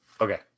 Okay